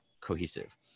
cohesive